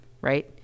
right